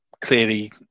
Clearly